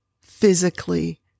physically